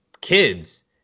kids